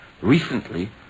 recently